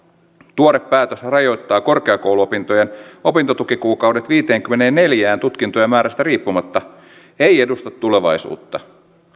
tuore päätös rajoittaa korkeakouluopintojen opintotukikuukaudet viiteenkymmeneenneljään tutkintojen määrästä riippumatta ei edusta tulevaisuutta